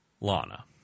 Lana